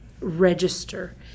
register